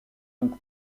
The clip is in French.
donc